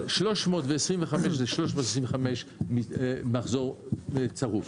325 זה מחזור צרוף.